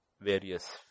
various